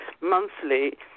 monthly